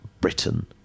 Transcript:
Britain